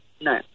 no